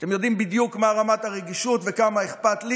אתם יודעים בדיוק מה רמת הרגישות וכמה אכפת לי,